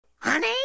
Honey